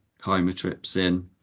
chymotrypsin